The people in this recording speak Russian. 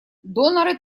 доноры